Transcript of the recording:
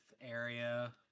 area